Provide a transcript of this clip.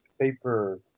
paper